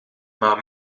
maar